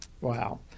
Wow